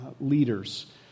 leaders